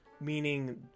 Meaning